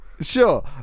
Sure